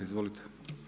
Izvolite.